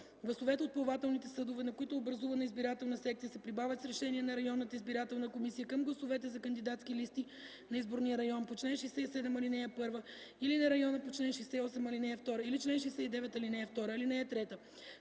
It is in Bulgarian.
Гласовете от плавателните съдове, на които е образувана избирателна секция, се прибавят с решение на районната избирателна комисия към гласовете за кандидатски листи на изборния район по чл. 67, ал. 1 или на района по чл. 68, ал. 2 или чл. 69, ал. 2. (3) Районната